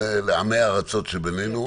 לעמי הארצות שבינינו: